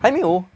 还没有